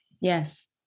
Yes